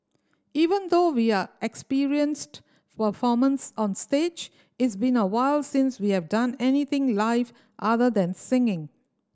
even though we are experienced performers on stage it's been a while since we have done anything live other than singing